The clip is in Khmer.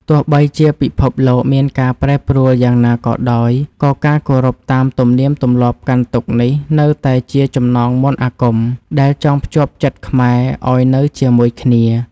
ទោះបីជាពិភពលោកមានការប្រែប្រួលយ៉ាងណាក៏ដោយ ក៏ការគោរពតាមទំនៀមទម្លាប់កាន់ទុក្ខនេះនៅតែជាចំណងមន្តអាគមដែលចងភ្ជាប់ចិត្តខ្មែរឱ្យនៅជាមួយគ្នា។